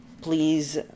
Please